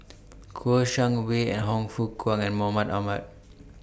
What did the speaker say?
Kouo Shang Wei and Hon Fook Kwang and Mahmud Ahmad